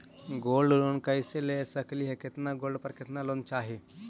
Gold loan कैसे ले सकली हे, कितना गोल्ड पर कितना लोन चाही?